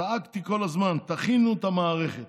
צעקתי כל הזמן, תכינו את המערכת.